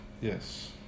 Yes